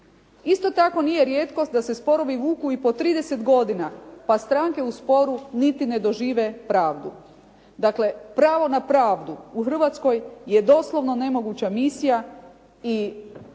Isto tako nije rijetkost da se sporovi vuku i po 30 godina pa stranke u sporu niti ne dožive pravdu. Dakle, pravo na pravdu u Hrvatskoj je doslovno nemoguća misija i